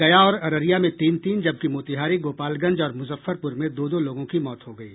गया और अररिया में तीन तीन जबकि मोतिहारी गोपालगंज और मूजफ्फरपुर में दो दो लोगों की मौत हो गयी